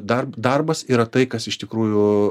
dar darbas yra tai kas iš tikrųjų